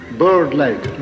bird-like